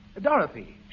Dorothy